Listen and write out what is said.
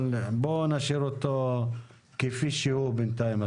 בואו נשאיר אותו כפי שהוא בינתיים.